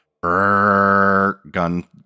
gun